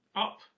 up